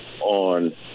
on